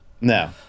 No